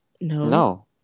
no